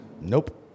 Nope